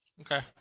Okay